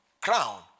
crown